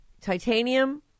titanium